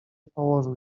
położył